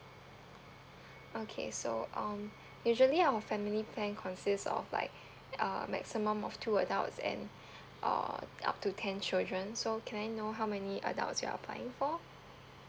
okay so um usually our family plan consists of like uh maximum of two adults and uh up to ten children so can I know how many adults you are applying for